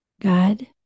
God